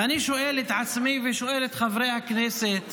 ואני שואל את עצמי ושואל את חברי הכנסת